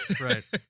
Right